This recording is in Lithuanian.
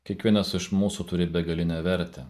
kiekvienas iš mūsų turi begalinę vertę